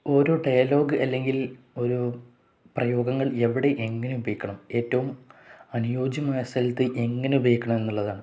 ഓരോ ഡയലോഗഗ് അല്ലെങ്കിൽ ഓരോ പ്രയോഗങ്ങൾ എവിടെ എങ്ങനെ ഉപയോഗിക്കണം ഏറ്റവും അനുയോജ്യമായ സ്ഥലത്ത് എങ്ങനെ ഉപയോഗിക്കണം എന്നുള്ളതാണ്